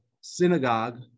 synagogue